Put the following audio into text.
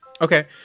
Okay